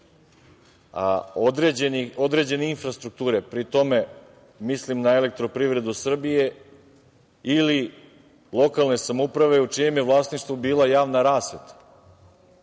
a određene infrastrukture, pri tome, mislim na „Elektroprivredu Srbije“ ili lokalne samouprave u čijem je vlasništvu bila javna rasveta,